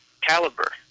caliber